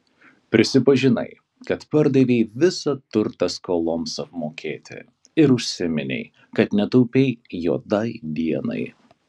prisipažinai kad pardavei visą turtą skoloms apmokėti ir užsiminei kad netaupei juodai dienai